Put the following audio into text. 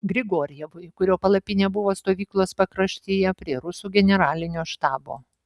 grigorjevui kurio palapinė buvo stovyklos pakraštyje prie rusų generalinio štabo